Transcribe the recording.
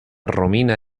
romina